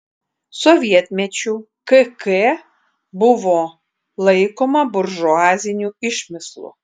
sovietmečiu kk buvo laikoma buržuaziniu išmislu